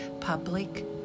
public